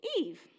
Eve